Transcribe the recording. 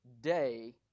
day